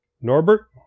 Norbert